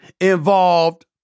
involved